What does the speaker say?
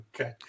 Okay